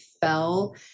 fell